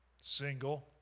single